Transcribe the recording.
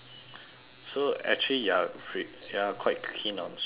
so actually you're fr~ you're quite keen on swimming ah